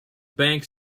bank